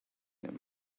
him